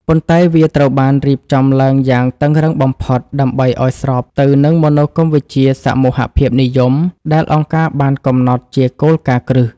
ប៉ុន្តែវាត្រូវបានរៀបចំឡើងយ៉ាងតឹងរ៉ឹងបំផុត ដើម្បីឱ្យស្របទៅនឹងមនោគមវិជ្ជាសមូហភាពនិយម ដែលអង្គការបានកំណត់ជាគោលការណ៍គ្រឹះ។